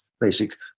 basic